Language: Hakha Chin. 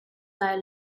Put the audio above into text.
lai